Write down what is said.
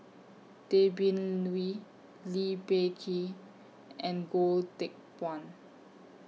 Tay Bin Wee Lee Peh Gee and Goh Teck Phuan